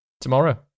Tomorrow